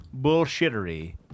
bullshittery